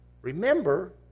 remember